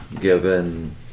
given